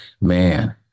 man